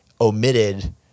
omitted